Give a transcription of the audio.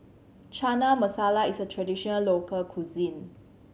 Chana Masala is a traditional local cuisine